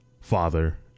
father